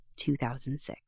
2006